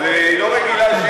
אז היא לא רגילה,